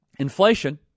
Inflation